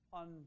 on